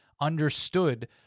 understood